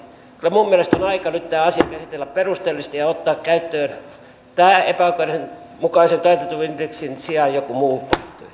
kyllä minun mielestäni on aika nyt tämä asia käsitellä perusteellisesti ja ottaa käyttöön tämän epäoikeudenmukaisen taitetun indeksin sijaan joku muu vaihtoehto